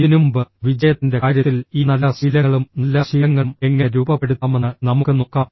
ഇതിനുമുമ്പ് വിജയത്തിന്റെ കാര്യത്തിൽ ഈ നല്ല ശീലങ്ങളും നല്ല ശീലങ്ങളും എങ്ങനെ രൂപപ്പെടുത്താമെന്ന് നമുക്ക് നോക്കാം